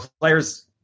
players